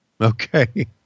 Okay